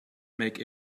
make